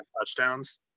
touchdowns